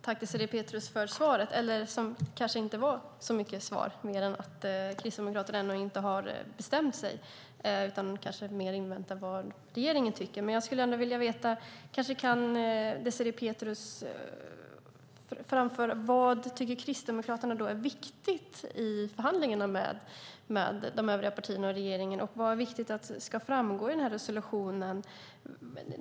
Herr talman! Tack för svaret, Désirée Pethrus, även om det kanske inte var så mycket till svar, mer än att Kristdemokraterna ännu inte har bestämt sig utan eventuellt inväntar vad regeringen tycker. Kanske kan Désirée Pethrus berätta vad Kristdemokraterna tycker är viktigt i förhandlingarna med de övriga partierna och regeringen och vad som ska framgå av resolutionen.